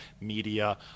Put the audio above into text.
media